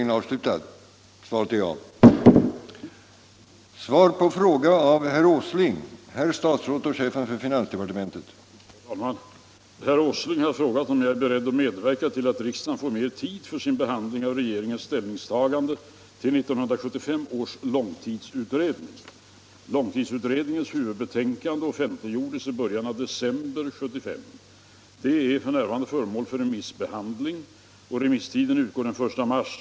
Herr Åsling har frågat mig om jag är beredd att medverka till att riksdagen får mer tid för sin behandling av regeringens ställningstagande till 1975 års långtidsutredning.